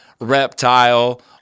reptile